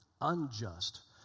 unjust